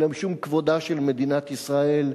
אלא משום כבודה של מדינת ישראל,